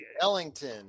Ellington